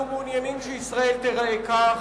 אנחנו מעוניינים שישראל תיראה כך.